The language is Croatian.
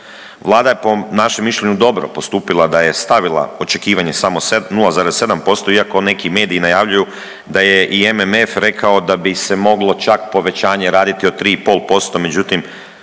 Vlada je po našem mišljenju dobro postupila da je stavila očekivanje samo 0,7% iako neki mediji najavljuju da je MMF rekao da bi se moglo čak povećanje raditi od 3,5%, međutim